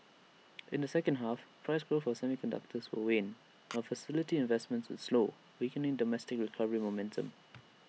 in the second half price growth of semiconductors will wane while facility investments slow weakening domestic recovery momentum